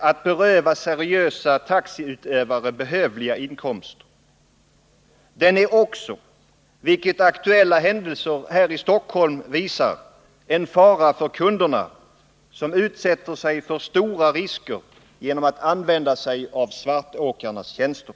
att beröva seriösa taxiutövare behövliga inkomster. Den är också — vilket aktuella händelser här i Stockholm visar — en fara för kunderna, som utsätter sig för stora risker genom att använda sig av svartåkarnas tjänster.